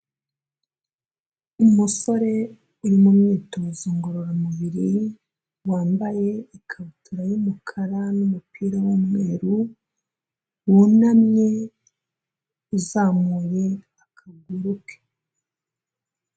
Umusore uri mu myitozo ngororamubiri wambaye ikabutura y'umukara n'umupira w'umweru wunamye uzamuye akaguru ke.